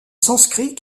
sanskrit